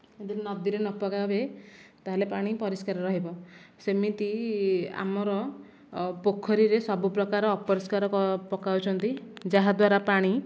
ଯଦି ନଦୀରେ ନପକାଇବେ ତାହେଲେ ପାଣି ପରିଷ୍କାର ରହିବ ସେମିତି ଆମର ପୋଖରୀରେ ସବୁପ୍ରକାର ଅପରିଷ୍କାର ପକାଉଛନ୍ତି ଯାହାଦ୍ଵାରା ପାଣି